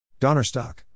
Donnerstock